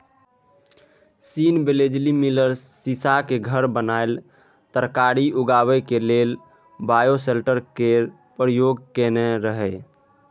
scene बेलेजली मिलर सीशाक घर बनाए तरकारी उगेबाक लेल बायोसेल्टर केर प्रयोग केने रहय